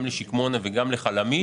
גם לשיקמונה וגם לחלמיש.